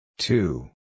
Two